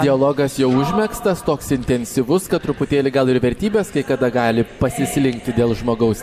dialogas jau užmegztas toks intensyvus kad truputėlį gal ir vertybės kai kada gali pasislinkti dėl žmogaus